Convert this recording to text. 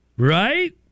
Right